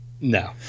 no